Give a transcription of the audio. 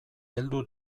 heldu